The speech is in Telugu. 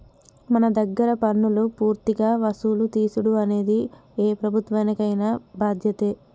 మన దగ్గర పన్నులు పూర్తిగా వసులు తీసుడు అనేది ఏ ప్రభుత్వానికైన బాధ్యతే